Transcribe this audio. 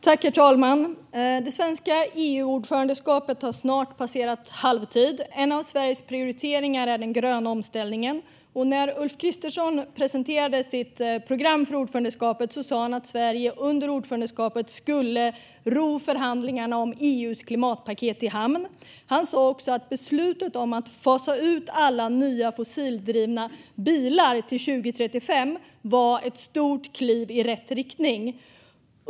Herr talman! Det svenska EU-ordförandeskapet har snart passerat halvtid. En av Sveriges prioriteringar är den gröna omställningen. När Ulf Kristersson presenterade sitt program för ordförandeskapet sa han att Sverige under ordförandeskapet skulle ro förhandlingarna om EU:s klimatpaket i hamn. Han sa också att beslutet om att fasa ut alla nya fossildrivna bilar till 2035 var ett stort kliv i rätt riktning.